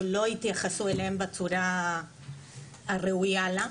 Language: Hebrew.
או לא התייחסו אליהם בצורה הראויה לה.